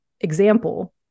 example